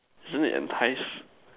isn't it entice